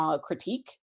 critique